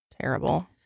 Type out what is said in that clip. terrible